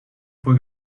fue